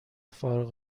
فارغ